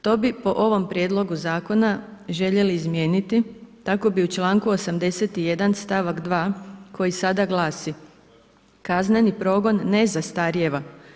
To bi po ovom prijedlogu zakona željeli izmijeniti, tako bi u članku 81. stavak 2. koji sada gladi „kazneni progon ne zastarijeva“